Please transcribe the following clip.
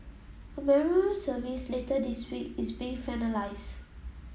a memorial service later this week is being finalised